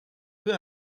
peu